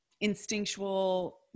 instinctual